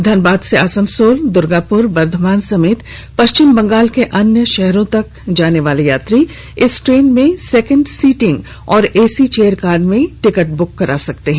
धनबाद से आसनसोल दुर्गापुर बर्धमान समेत पश्चिम बंगाल के अन्य शहरों तक जानेवाले यात्री इस ट्रेन में सेकेंड सीटिंग और एसी चेयर कार में टिकट बुक करा सकते हैं